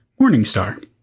Morningstar